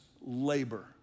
labor